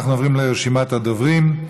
אנחנו עוברים לרשימת הדוברים.